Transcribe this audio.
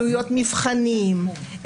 עלויות מבחנים,